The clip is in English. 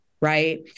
right